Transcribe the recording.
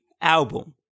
album